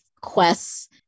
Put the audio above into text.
quests